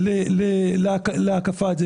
לזה.